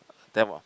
damn